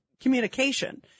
communication